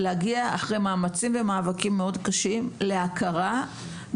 להגיע להכרה אחרי מאמצים ומאבקים מאוד קשים בכך